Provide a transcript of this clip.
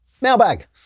Mailbag